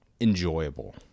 enjoyable